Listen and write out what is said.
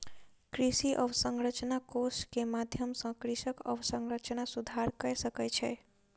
कृषि अवसंरचना कोष के माध्यम सॅ कृषक अवसंरचना सुधार कय सकै छै